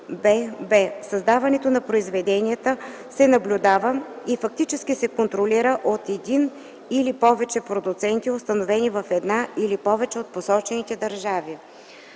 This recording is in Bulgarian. бб) създаването на произведенията се наблюдава и фактически се контролира от един или повече продуценти, установени в една или повече от посочените държави;